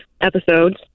episodes